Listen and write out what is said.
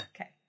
okay